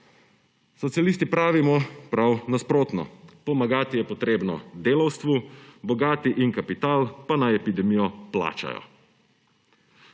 Socialisti pravimo prav nasprotno; pomagati je treba delavstvu, bogati in kapital pa naj epidemijo plačajo.